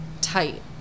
tight